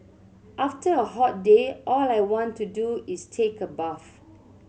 after a hot day all I want to do is take a bath